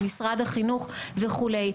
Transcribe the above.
ממשרד החינוך וכו'.